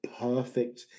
perfect